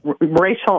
racial